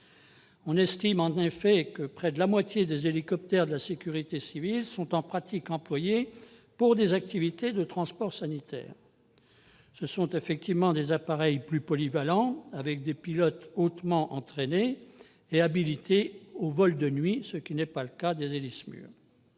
On estime effectivement que près de la moitié des hélicoptères de la sécurité civile sont en pratique employés pour des activités de transport sanitaire. Ce sont des appareils plus polyvalents, dont les pilotes sont hautement entraînés et habilités notamment au vol de nuit, ce qui n'est pas le cas des Héli-SMUR.